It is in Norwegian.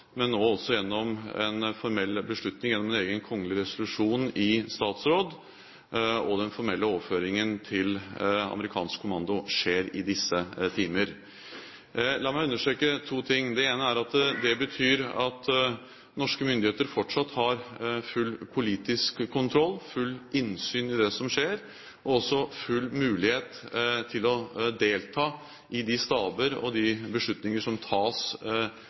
men nå også gjennom en formell beslutning, gjennom en egen kongelig resolusjon i statsråd – og den formelle overføringen til amerikansk kommando skjer i disse timer. La meg understreke to ting. Det ene er at det betyr at norske myndigheter fortsatt har full politisk kontroll, fullt innsyn i det som skjer, og også full mulighet til å delta i de staber og de beslutninger som tas